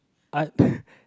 art